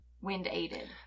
Wind-aided